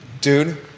dude